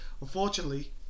unfortunately